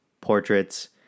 portraits